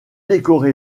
décoré